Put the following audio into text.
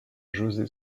josé